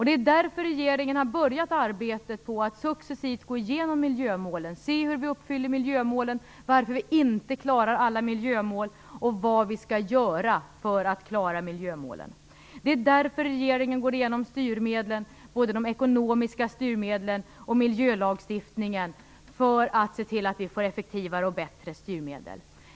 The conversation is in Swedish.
Det är därför regeringen har börjat arbetet på att successivt gå igenom miljömålen, se hur vi uppfyller miljömålen, varför vi inte klarar alla miljömål och vad vi skall göra för att klara miljömålen. Det är därför regeringen går igenom styrmedlen, både de ekonomiska styrmedlen och miljölagstiftningen, för att se till att vi får effektivare och bättre styrmedel.